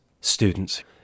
students